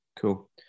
Cool